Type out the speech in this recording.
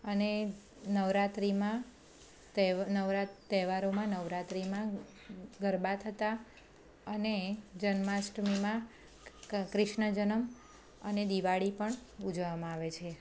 અને નવરાત્રિમાં તહેવારોમાં નવરાત્રિમાં ગરબા થતા અને જન્માષ્ટમીમાં કૃષ્ણ જન્મ અને દિવાળી પણ ઉજવવામાં આવે છે